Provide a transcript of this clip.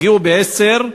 הגיעו ב-22:00,